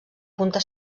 punta